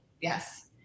yes